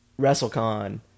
WrestleCon